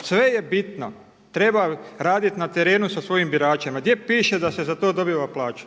Sve je bitno, treba raditi na terenu sa svojim biračima, a gdje piše da se za to dobiva plaća.